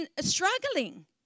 struggling